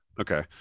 Okay